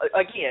again